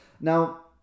Now